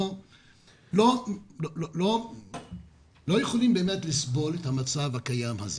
אנחנו לא יכולים לסבול את המצב הקיים הזה.